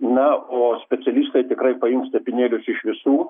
na o specialistai tikrai paims tepinėlius iš visų